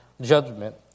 judgment